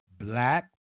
Black